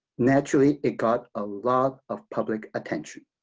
naturally it got a lot of public attention.